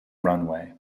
runway